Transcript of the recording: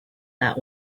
that